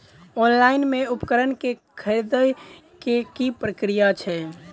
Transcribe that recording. Online मे उपकरण केँ खरीदय केँ की प्रक्रिया छै?